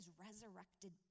resurrected